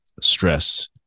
stress